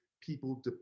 people